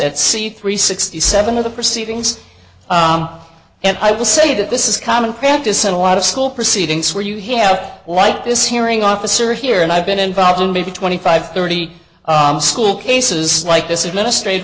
at c three sixty seven of the proceedings and i will say that this is common practice in a lot of school proceedings where you have like this hearing officer here and i've been involved in maybe twenty five thirty school cases like this